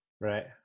right